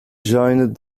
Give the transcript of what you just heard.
joined